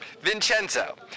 Vincenzo